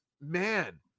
man